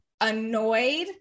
annoyed